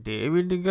David